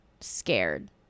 scared